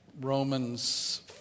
Romans